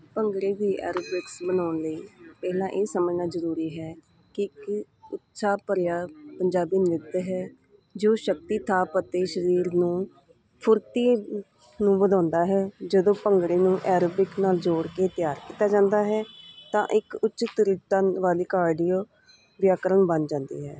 ਭੰਗੜੇ ਦੀ ਐਰੋਬਿਕਸ ਬਣਾਉਣ ਲਈ ਪਹਿਲਾਂ ਇਹ ਸਮਝਣਾ ਜ਼ਰੂਰੀ ਹੈ ਕਿ ਇੱਕ ਉਤਸ਼ਾਹ ਭਰਿਆ ਪੰਜਾਬੀ ਨ੍ਰਿਤ ਹੈ ਜੋ ਸ਼ਕਤੀ ਥਾਪ ਅਤੇ ਸਰੀਰ ਨੂੰ ਫੁਰਤੀ ਨੂੰ ਵਧਾਉਂਦਾ ਹੈ ਜਦੋਂ ਭੰਗੜੇ ਨੂੰ ਐਰੋਬਿਕ ਨਾਲ ਜੋੜ ਕੇ ਤਿਆਰ ਕੀਤਾ ਜਾਂਦਾ ਹੈ ਤਾਂ ਇੱਕ ਉੱਚਿਤ ਤਿ ਤਿਰੰਗ ਵਾਲੀ ਆਡੀਓ ਵਿਆਕਰਨ ਬਣ ਜਾਂਦੀ ਹੈ